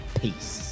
Peace